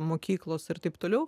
mokyklos ir taip toliau